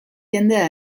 jendea